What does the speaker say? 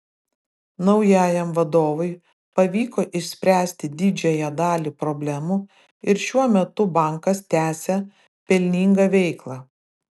naujajam vadovui pavyko išspręsti didžiąją dalį problemų ir šiuo metu bankas tęsią pelningą veiklą